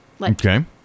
Okay